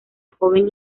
joven